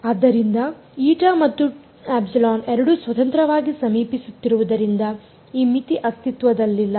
ಆದ್ದರಿಂದ η ಮತ್ತು ε ಎರಡೂ ಸ್ವತಂತ್ರವಾಗಿ ಸಮೀಪಿಸುತ್ತಿರುವುದರಿಂದ ಈ ಮಿತಿ ಅಸ್ತಿತ್ವದಲ್ಲಿಲ್ಲ